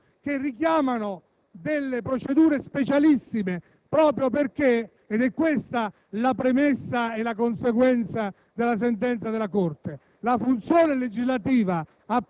oltre che di quello della Camera, che richiamano procedure specialissime, proprio perché - ed è questa la premessa e la conseguenza della sentenza della Corte